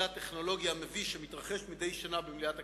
הטכנולוגי המביש המתרחש מדי שנה במליאת הכנסת.